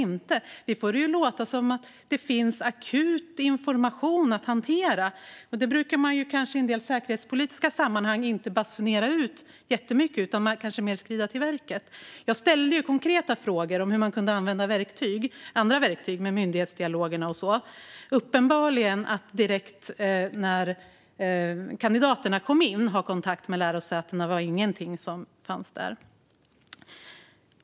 Fredrik Malm får det att låta som om det finns akut information att hantera. Det brukar man kanske i en del säkerhetspolitiska sammanhang inte basunera ut, utan man skrider till verket. Jag ställde konkreta frågor om att använda andra verktyg, myndighetsdialoger och sådant. Uppenbarligen var detta att ha kontakt med lärosätena direkt när kandidaterna kom in inte något som fanns där.